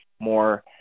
more